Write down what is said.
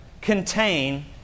contain